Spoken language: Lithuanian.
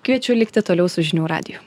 kviečiu likti toliau su žinių radiju